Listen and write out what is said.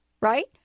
right